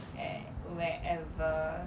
at wherever